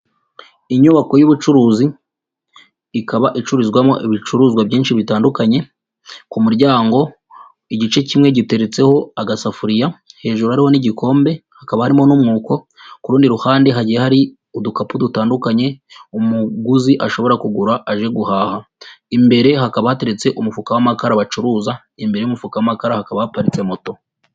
Inyubako y'ubucuruzi, ikaba icururizwamo ibicuruzwa byinshi bitandukanye, ku muryango igice kimwe giteretseho agasafuriya, hejuru ariho n'igikombe, hakaba harimo n'umwuko, ku rundi ruhande hagiye hari udukapu dutandukanye, umuguzi ashobora kugura aje guhaha, imbere hakaba hateretse umufuka w'amakara bacuruza, imbere y'umufuka w'amakara hakabaparitse moto.